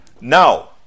Now